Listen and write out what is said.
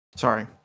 Sorry